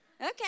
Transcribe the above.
Okay